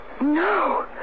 No